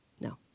no